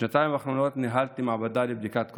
בשנתיים האחרונות ניהלתי מעבדה לבדיקת קורונה,